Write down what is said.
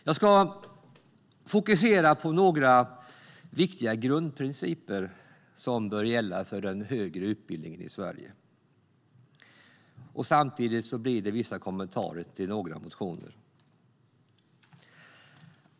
Jag ska fokusera på några viktiga grundprinciper som bör gälla för den högre utbildningen i Sverige, och det blir också kommentarer till några motioner.